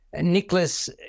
Nicholas